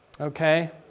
Okay